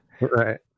Right